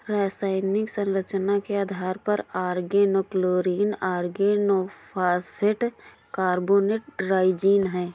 रासायनिक संरचना के आधार पर ऑर्गेनोक्लोरीन ऑर्गेनोफॉस्फेट कार्बोनेट ट्राइजीन है